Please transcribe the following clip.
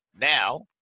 now